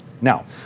Now